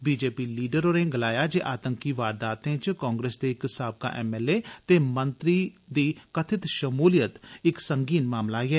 Bhajpa leader होरें गलाया जे आतंकी वारदातें च कांग्रेस दे इक साबका एमएलए ते मंत्री दी कथित शमूलियत इक संगीन मामला ऐ